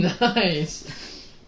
Nice